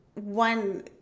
One